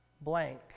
blank